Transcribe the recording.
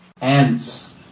ants